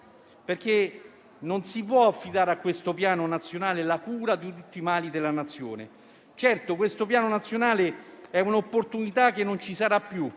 Non si può affidare al Piano nazionale la cura di tutti i mali della Nazione. Certo, il Piano nazionale è un'opportunità che non ci sarà più;